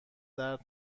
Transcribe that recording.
درد